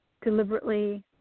deliberately